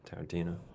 Tarantino